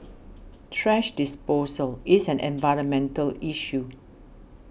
thrash disposal is an environmental issue